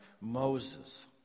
Moses